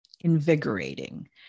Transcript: invigorating